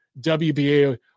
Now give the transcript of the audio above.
WBA